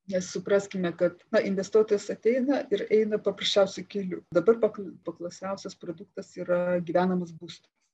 nesupraskime kad investuotojas ateina ir eina paprasčiausiu keliu dabar pakl paklausiausias produktas yra gyvenamas būstas